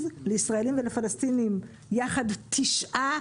לישראלים ולפלסטינים יחד 9%,